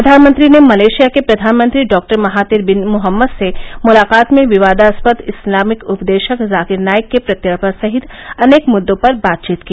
प्रधानमंत्री ने मलेशिया के प्रधानमंत्री डॉक्टर महातिर बिन मोहम्मद से मुलाकात में विवादास्पद इस्लामिक उपदेशक जाकिर नाइक के प्रत्यर्पण सहित अनेक मुद्दों पर बातचीत की